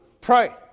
pray